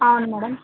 అవును మ్యాడమ్